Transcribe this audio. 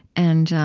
and